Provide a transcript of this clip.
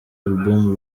album